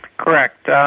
correct.